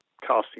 Casting